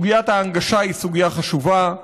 סוגיית ההנגשה היא סוגיה חשובה.